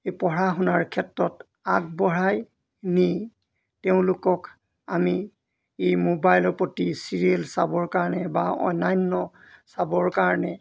এই পঢ়া শুনাৰ ক্ষেত্ৰত আগবঢ়াই নি তেওঁলোকক আমি এই মোবাইলৰ প্ৰতি চিৰিয়েল চাবৰ কাৰণে বা অন্যান্য চাবৰ কাৰণে